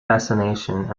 fascination